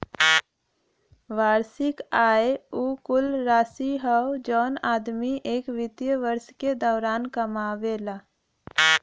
वार्षिक आय उ कुल राशि हौ जौन आदमी एक वित्तीय वर्ष के दौरान कमावला